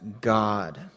God